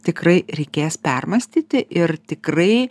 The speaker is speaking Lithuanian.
tikrai reikės permąstyti ir tikrai